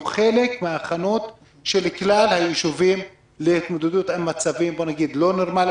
חלק מההכנות להתמודדות במצבי חירום.